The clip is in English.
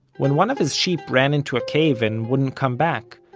when one of his sheep ran into a cave and wouldn't come back,